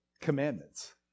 commandments